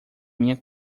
minha